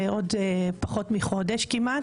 בבקשה.